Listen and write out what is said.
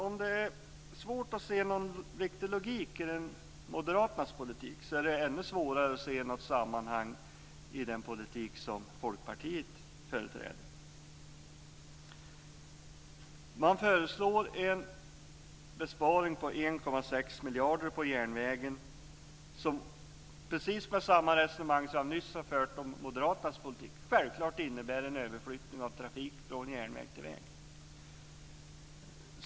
Om det är svårt att se någon riktig logik i moderaternas politik, är det ännu svårare att se något sammanhang i den politik som folkpartisterna företräder. De föreslår en besparing om 1,6 miljarder kronor på järnvägen, som med precis samma resonemang som nyss fördes om moderaternas politik självklart innebär en överflyttning av trafik från järnväg till väg.